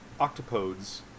octopodes